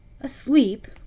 asleep